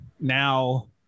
now